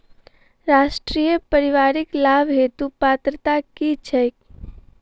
राष्ट्रीय परिवारिक लाभ हेतु पात्रता की छैक